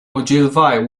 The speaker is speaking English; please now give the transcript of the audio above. ogilvy